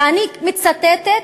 ואני מצטטת,